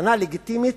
מבחינה לגיטימית,